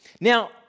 Now